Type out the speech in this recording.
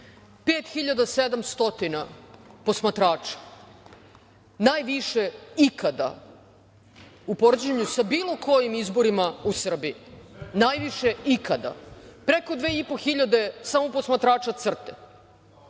posmatrača. Najviše ikada u poređenju sa bilo kojim izborima u Srbiji. Najviše ikada. Preko 2.500 posmatrača CRTA.